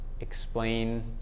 Explain